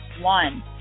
one